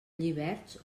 lliberts